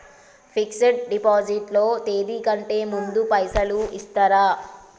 Fix డ్ deposit లో తేది కంటే ముందే పైసలు ఇత్తరా?